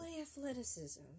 athleticism